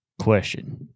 question